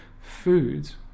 foods